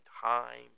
time